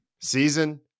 season